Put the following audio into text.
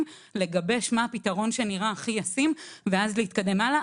ולגבש מה הפתרון שנראה הכי ישים ואז להתקדם הלאה.